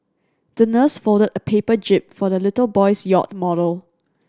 the nurse folded a paper jib for the little boy's yacht model